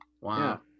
Wow